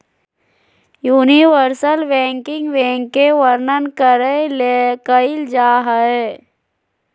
universal banking bank के वर्णन करे ले कइल जा हइ